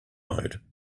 mode